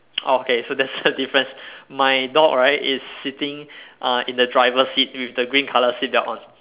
oh okay so that's the difference my dog right is sitting uh in the driver's seat with the green colour seat belt on